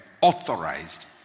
authorized